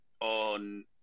on